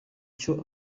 cyo